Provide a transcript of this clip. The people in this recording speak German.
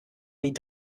wie